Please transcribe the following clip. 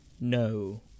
no